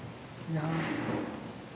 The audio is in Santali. ᱡᱟᱦᱟᱸ